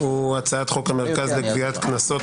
הצעת חוק המרכז לגביית קנסות,